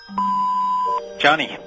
Johnny